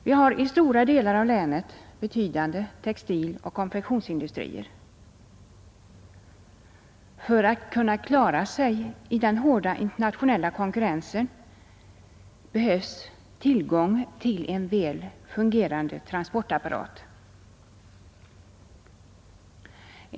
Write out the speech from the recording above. Vi har i stora delar av länet betydande textiloch konfektionsindustrier. För att dessa skall kunna klara sig i den hårda internationella konkurrensen behövs tillgång till en väl fungerande transportapparat.